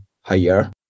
higher